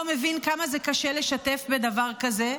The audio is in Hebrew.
לא מבין כמה זה קשה לשתף בדבר כזה.